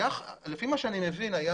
לפי מה שאני מבין היה